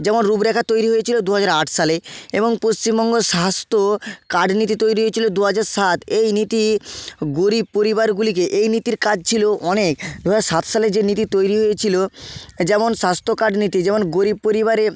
যেমন রূপরেখা তৈরি হয়েছিল দুহাজার আট সালে এবং পশ্চিমবঙ্গ স্বাস্থ্য কার্ড নীতি তৈরি হয়েছিল দুহাজার সাত এই নীতি গরিব পরিবারগুলিকে এই নীতির কাজ ছিল অনেক দুহাজার সাত সালে যে নীতি তৈরি হয়েছিল যেমন স্বাস্থ্য কার্ড নীতি যেমন গরিব পরিবারে